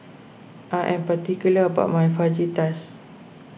I am particular about my Fajitas